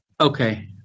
okay